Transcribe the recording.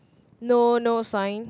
no no sign